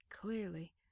clearly